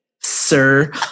sir